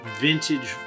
vintage